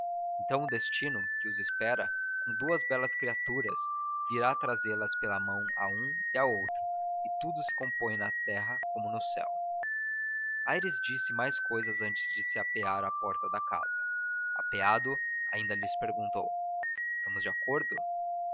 então o destino que os espera com duas belas criaturas virá trazê las pela mão a um e a outro e tudo se compõe na terra como no céu aires disse mais cousas antes de se apear à porta da casa apeado ainda lhes perguntou estamos de acordo